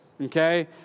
okay